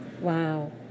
Wow